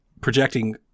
Projecting